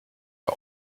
der